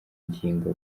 ngingo